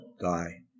die